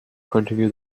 continue